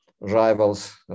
rivals